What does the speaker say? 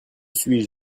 suis